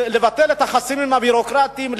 לבטל את החסמים הביורוקרטיים,